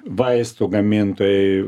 vaistų gamintojai